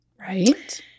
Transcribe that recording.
Right